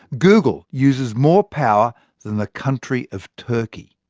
google uses more power than the country of turkey.